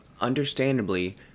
understandably